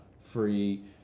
free